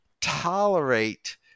tolerate